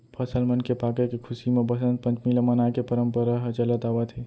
फसल मन के पाके के खुसी म बसंत पंचमी ल मनाए के परंपरा ह चलत आवत हे